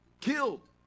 killed